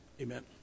Amen